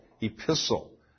epistle